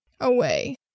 away